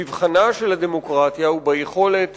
מבחנה של הדמוקרטיה הוא ביכולת